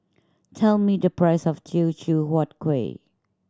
tell me the price of Teochew Huat Kueh